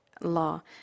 law